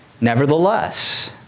Nevertheless